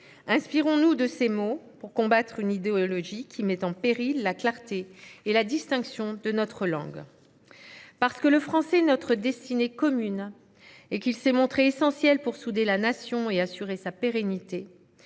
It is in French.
Inspirons nous de ses mots pour combattre une idéologie qui met en péril la clarté et la distinction de notre langue. Parce que le français est notre destinée commune et qu’il s’est montré essentiel pour souder la Nation et assurer sa pérennité,